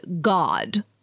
God